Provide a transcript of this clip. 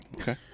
Okay